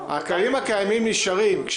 הכללים הקיימים נשארים.